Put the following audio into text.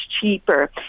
cheaper